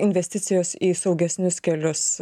investicijos į saugesnius kelius